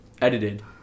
edited